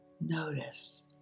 Notice